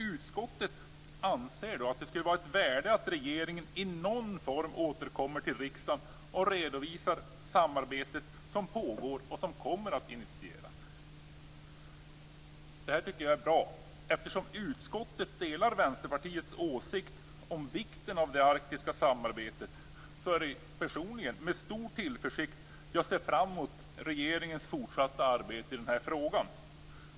Utskottet anser att det skulle vara av värde att regeringen i någon form återkommer till riksdagen och redovisar samarbete som pågår och som kommer att initieras. Det tycker jag är bra. Eftersom utskottet delar Vänsterpartiets åsikt om vikten av det arktiska samarbetet ser jag personligen med stor tillförsikt fram emot regeringens fortsatta arbete i den här frågan.